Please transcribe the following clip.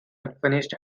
unfinished